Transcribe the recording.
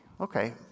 Okay